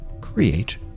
create